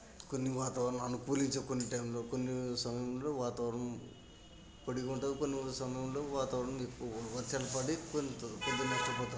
కొన్ని వాతావరణంలో అనుకూలించే కొన్ని టైంలో కొన్ని సమయంలో వాతావరణం పడిపోతాయి కొన్ని కొన్ని సమయంలో వాతావరణం ఎక్కువ వర్షాలు పడి నష్టపోతారు